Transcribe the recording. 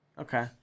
Okay